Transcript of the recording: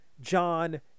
John